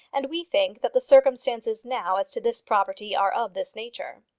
and we think that the circumstances now as to this property are of this nature.